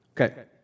Okay